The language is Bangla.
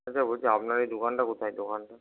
আচ্ছা বলছি আপনার এই দোকানটা কোথায় দোকানটা